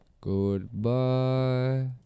Goodbye